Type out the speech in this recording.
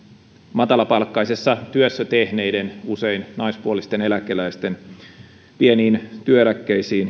matalapalkkaisessa työssä tehneiden usein naispuolisten eläkeläisten pieniin työeläkkeisiin